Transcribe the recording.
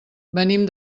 venim